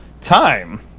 time